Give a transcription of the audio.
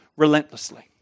relentlessly